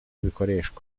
bikoreshwa